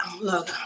look